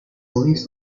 list